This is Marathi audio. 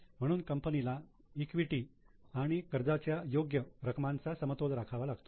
म्हणून कंपनीला ईक्विटी आणि कर्जाच्या योग्य रकमांचा समतोल राखावा लागतो